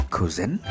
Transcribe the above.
Cousin